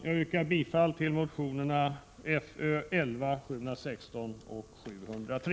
Jag yrkar bifall till motionerna Föl1, 716 och 703.